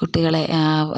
കുട്ടികളെ